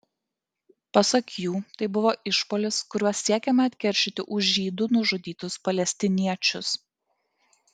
pasak jų tai buvo išpuolis kuriuo siekiama atkeršyti už žydų nužudytus palestiniečius